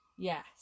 Yes